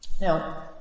Now